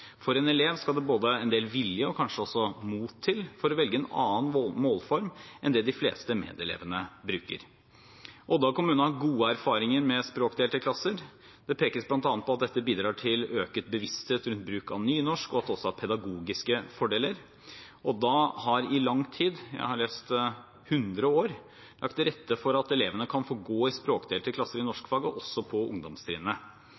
For en elev skal det både en del vilje og kanskje også mot til å velge en annen målform enn den de fleste medelevene bruker. Odda kommune har gode erfaringer med språkdelte klasser. Det pekes bl.a. på at dette bidrar til økt bevissthet rundt bruk av nynorsk, og at det også har pedagogiske fordeler. Odda har i lang tid – jeg har lest: 100 år – lagt til rette for at elevene kan få gå i språkdelte klasser i